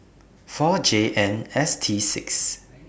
four J N S T six